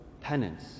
penance